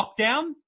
lockdown